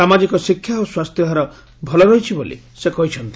ସାମାଜିକ ଶିକ୍ଷା ଓ ସ୍ୱାସ୍ଘ୍ୟ ହାର ଭଲ ରହିଛି ବୋଲି ସେ କହିଛନ୍ତି